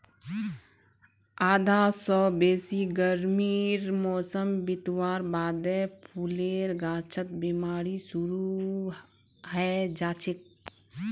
आधा स बेसी गर्मीर मौसम बितवार बादे फूलेर गाछत बिमारी शुरू हैं जाछेक